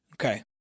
Okay